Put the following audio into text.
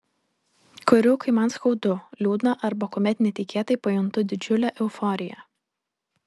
kuriu kai man skaudu liūdna arba kuomet netikėtai pajuntu didžiulę euforiją